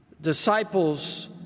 disciples